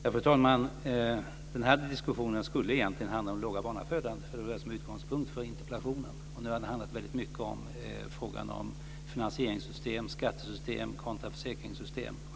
Fru talman! Den här diskussionen skulle egentligen handla om den låga nivån på barnafödandet. Det var det som var utgångspunkten för interpellationen. Nu har det handlat väldigt mycket om frågan om finansieringssystem, skattesystem kontra försäkringssystem.